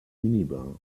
minibar